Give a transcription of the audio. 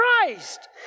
Christ